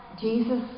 Jesus